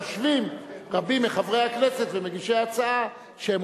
חושבים רבים מחברי הכנסת ומגישי ההצעה שהם